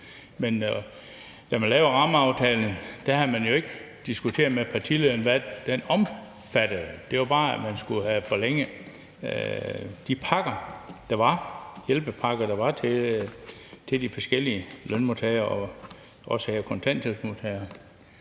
Men da man lavede rammeaftalen, havde man jo ikke diskuteret med partilederne, hvad den omfattede. Det handlede bare om, at man skulle have forlænget de hjælpepakker, der var til de forskellige lønmodtagere inklusive kontanthjælpsmodtagere.